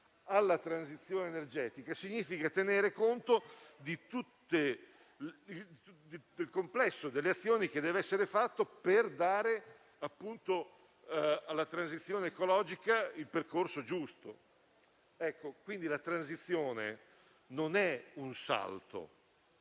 alla transizione energetica significa tenere conto del complesso delle azioni che bisogna porre in essere per dare alla transizione ecologica il percorso giusto. La transizione non è un salto;